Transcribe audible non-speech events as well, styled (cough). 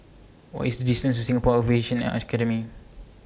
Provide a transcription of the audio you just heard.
What IS The distance to Singapore Aviation (unintelligible)